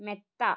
മെത്ത